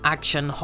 Action